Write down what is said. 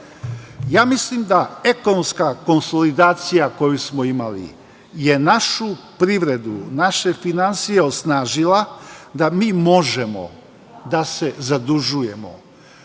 No, mislim da ekonomska konsolidacija koju smo imali je našu privredu, naše finansije osnažila, da mi možemo da se zadužujemo. Na